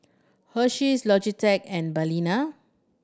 Hersheys Logitech and Balina